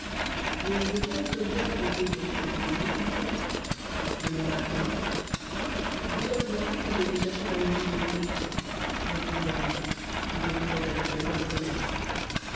et de quels objets se compose votre cargaison capitaine demanda ahmet d'étoffes de prix que j'ai été chercher dans les lieux de production répondit yarhud et dont je fais habituellement le commerce